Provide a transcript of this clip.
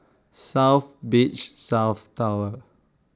South Beach South Tower